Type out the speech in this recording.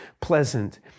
pleasant